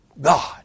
God